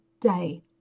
day